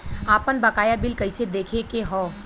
आपन बकाया बिल कइसे देखे के हौ?